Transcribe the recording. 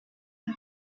had